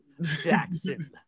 Jackson